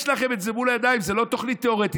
יש לכם את זה מול הידיים, זו לא תוכנית תיאורטית.